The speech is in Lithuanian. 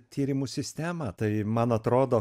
tyrimų sistemą tai man atrodo